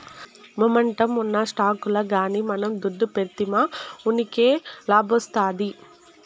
momentum ఉన్న స్టాకుల్ల గానీ మనం దుడ్డు పెడ్తిమా వూకినే లాబ్మొస్తాది